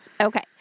Okay